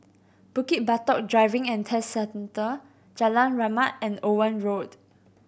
Bukit Batok Driving and Test Centre Jalan Rahmat and Owen Road